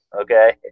okay